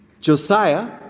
Josiah